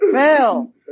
Bill